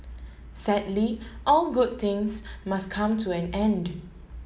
sadly all good things must come to an end